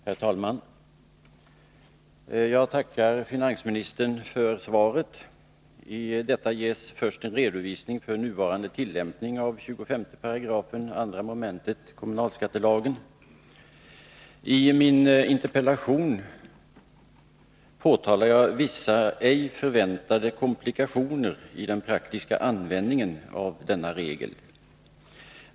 Herr talman! Jag tackar finansministern för svaret. I detta ges först en redovisning för nuvarande tillämpning av 25 § 2 mom. kommunalskattelagen. I min interpellation påtalar jag vissa ej förväntade komplikationer i den praktiska användningen av denna regel.